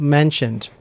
mentioned